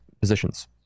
positions